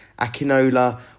Akinola